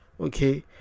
Okay